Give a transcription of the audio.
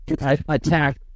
Attack